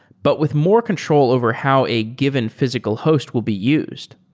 but with more control over how a given physical host will be used.